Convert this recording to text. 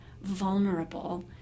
vulnerable